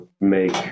make